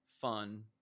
fun